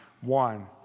one